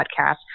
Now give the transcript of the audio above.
podcast